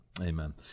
Amen